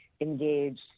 engaged